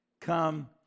come